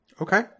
Okay